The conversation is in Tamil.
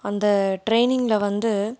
அந்த ட்ரெயினிங்ல வந்து